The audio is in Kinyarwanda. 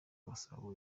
gasabo